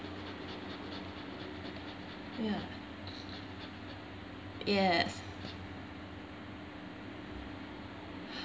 ya yes